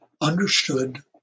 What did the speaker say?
understood